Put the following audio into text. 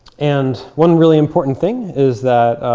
and one really important thing is that,